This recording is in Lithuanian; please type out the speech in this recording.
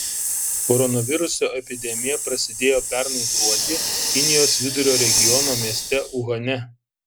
koronaviruso epidemija prasidėjo pernai gruodį kinijos vidurio regiono mieste uhane